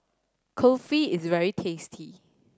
kulfi is very tasty